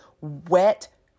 wet